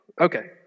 Okay